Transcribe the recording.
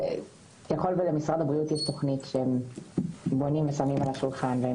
ככל שלמשרד הבריאות יש תוכנית שהם בונים ושמים על השולחן והם